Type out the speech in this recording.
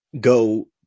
go